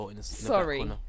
sorry